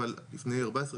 אבל לפני 14,